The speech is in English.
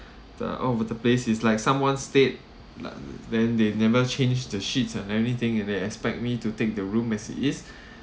the all over the place is like someone stayed then they never change the sheets and everything and they expect me to take the room as it is